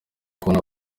kubona